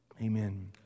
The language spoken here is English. Amen